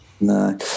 No